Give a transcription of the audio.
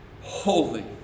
holy